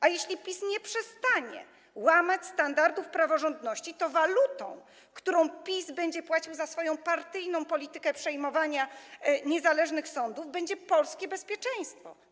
A jeśli PiS nie przestanie łamać standardów praworządności, to walutą, którą PiS będzie płacił za swoją partyjną politykę przejmowania niezależnych sądów, będzie polskie bezpieczeństwo.